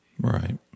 Right